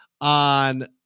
on